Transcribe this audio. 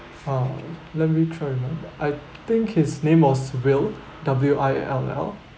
ah let me try to remember I think his name was will W I L L